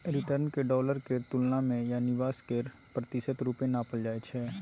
return केँ dollar केर तुलना मे या निबेश केर प्रतिशत रुपे नापल जाइ छै